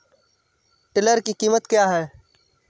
Tiller की कीमत क्या है?